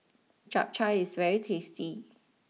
Chap Chai is very tasty